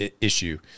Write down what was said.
issue